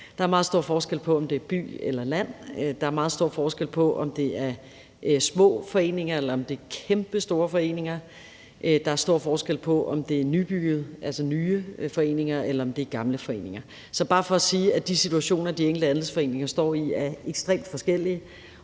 Der er meget stor forskel på, om det er by eller land, der er meget stor forskel på, om det er små foreninger, eller om det er kæmpestore foreninger, der er stor forskel på, om det er nybyggede, altså nye, foreninger, eller om det er gamle foreninger. Så det er bare for sige, at de situationer, de enkelte andelsforeninger står i, er ekstremt forskellige,